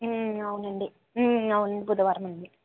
అవునండీ అవును బుధవారమండీ